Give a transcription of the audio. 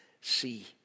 see